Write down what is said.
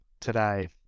today